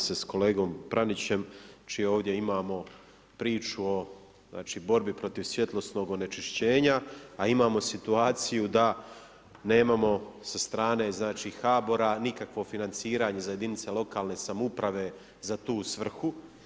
Slažem se s kolegom Pranićem, čije ovdje imamo priču o borbu protiv svjetlosnog onečišćenja, a imamo situaciju, da nemamo sa strane, znači HBOR-a nikakvog financiranja za jedinice lokalne samouprave, za tu svrhu.